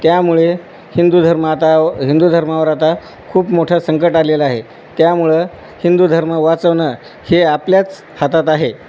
त्यामुळे हिंदू धर्म आता हिंदू धर्मावर आता खूप मोठं संकट आलेला आहे त्यामुळं हिंदू धर्म वाचवणं हे आपल्याच हातात आहे